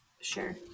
Sure